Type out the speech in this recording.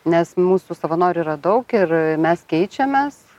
nes mūsų savanorių yra daug ir mes keičiamės